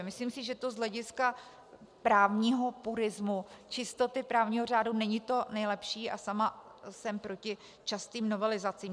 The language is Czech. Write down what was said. Myslím si, že to z hlediska právního purismu, čistoty právního řádu, není to nejlepší, a sama jsem proti častým novelizacím.